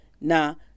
now